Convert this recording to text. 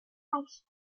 ice